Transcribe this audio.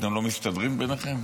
ואתם לא מסתדרים ביניכם?